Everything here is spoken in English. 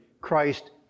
Christ